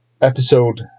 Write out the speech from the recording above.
episode